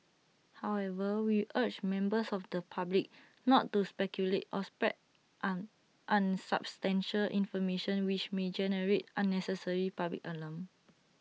however we urge members of the public not to speculate or spread an unsubstantiated information which may generate unnecessary public alarm